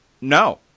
no